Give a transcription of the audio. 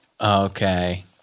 Okay